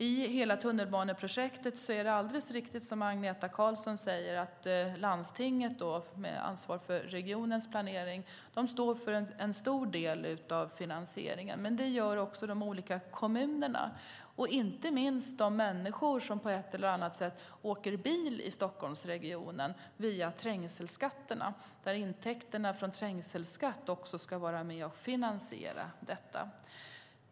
I hela tunnelbaneprojektet står landstinget, precis som Agneta Karlsson säger, med ansvar för regionens planering, för en stor del av finansieringen, men det gör också de olika kommunerna. Inte minst de människor som på ett eller annat sätt åker bil i Stockholmsregionen bidrar via trängselskatterna. Intäkterna från trängselskatten ska också vara med och finansiera satsningen.